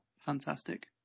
fantastic